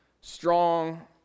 strong